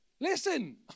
Listen